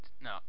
No